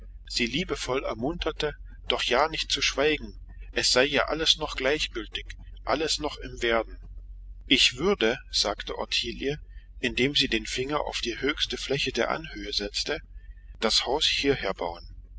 sie liebevoll ermunterte doch ja nicht zu schweigen alles sei ja noch gleichgültig alles noch im werden ich würde sagte ottilie indem sie den finger auf die höchste fläche der anhöhe setzte das haus